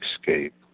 escape